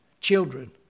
children